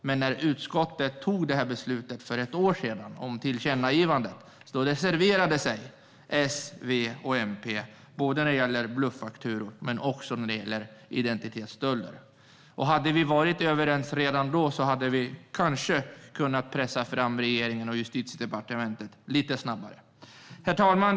Men när utskottet tog beslutet om ett tillkännagivande för ett år sedan reserverade sig S, V och MP när det gäller både bluffakturor och identitetsstölder. Hade vi varit överens redan då hade vi kanske kunnat pressa fram regeringen och Justitiedepartementet lite snabbare. Herr talman!